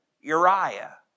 Uriah